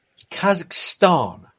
Kazakhstan